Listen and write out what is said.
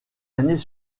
années